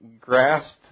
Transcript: grasped